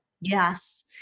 Yes